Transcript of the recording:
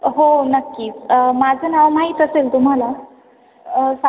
हो नक्कीच माझं नाव माहीत असेल तुम्हाला साक्षी